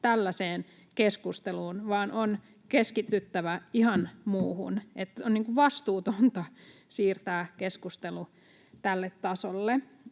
tällaiseen keskusteluun, vaan on keskityttävä ihan muuhun. On vastuutonta siirtää keskustelu tälle tasolle.